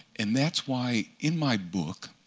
and that's why, in my book,